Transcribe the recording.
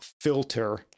filter